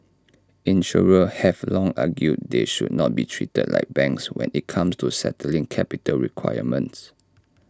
insurers have long argued they should not be treated like banks when IT comes to setting capital requirements